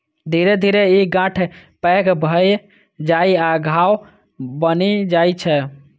धीरे धीरे ई गांठ पैघ भए जाइ आ घाव बनि जाइ छै